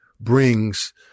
brings